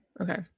Okay